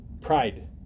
pride